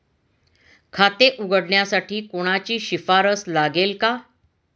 खाते उघडण्यासाठी कोणाची शिफारस लागेल का?